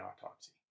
autopsy